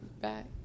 back